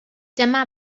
dyma